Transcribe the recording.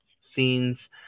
scenes